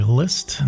list